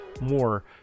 more